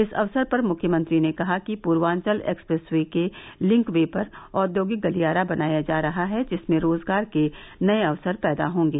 इस अवसर पर मुख्यमंत्री ने कहा कि पूर्वान्चल एक्सप्रेस वे के लिंक वे पर औद्योगिक गलियारा बनाया जा रहा है जिसमें रोजगार के नए अवसर पैदा होंगे